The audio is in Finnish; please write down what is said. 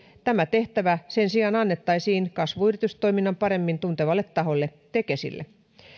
tämä tehtävä sen sijaan annettaisiin kasvuyritystoiminnan paremmin tuntevalle taholle tekesille